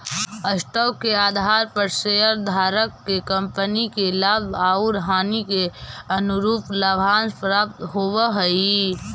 stock के आधार पर शेयरधारक के कंपनी के लाभ आउ हानि के अनुरूप लाभांश प्राप्त होवऽ हई